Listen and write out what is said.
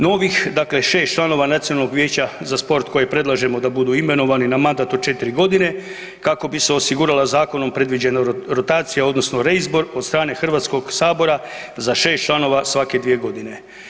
Novih dakle 6 članova Nacionalnog vijeća za sport koje predlažemo da budu imenovani na mandat od 4 godine kako bi se osigurala zakonom predviđena rotacija odnosno reizbor od strane Hrvatskog sabora za 6 članova svake 2 godine.